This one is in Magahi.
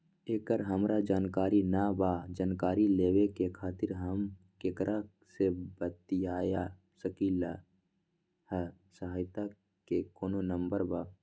एकर हमरा जानकारी न बा जानकारी लेवे के खातिर हम केकरा से बातिया सकली ह सहायता के कोनो नंबर बा?